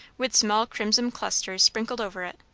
with small crimson clusters sprinkled over it,